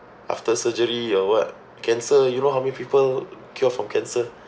after surgery or what cancer you know how many people cured from cancer